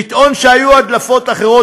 לטעון שהיו הדלפות אחרות,